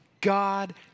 God